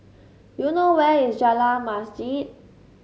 do you know where is Jalan Masjid